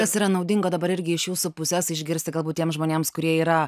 kas yra naudinga dabar irgi iš jūsų pusės išgirsti galbūt tiem žmonėms kurie yra